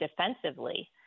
defensively